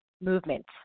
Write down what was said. movement